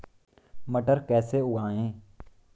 मटर कैसे उगाएं?